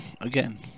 again